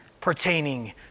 pertaining